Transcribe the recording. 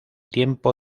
tiempo